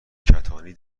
کتانی